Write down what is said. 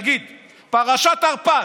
תגיד: פרשת הרפז,